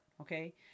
Okay